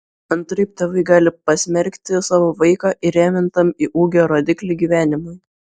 antraip tėvai gali pasmerkti savo vaiką įrėmintam į ūgio rodiklį gyvenimui